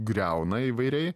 griauna įvairiai